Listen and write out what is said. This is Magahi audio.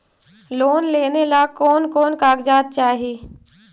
लोन लेने ला कोन कोन कागजात चाही?